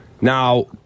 Now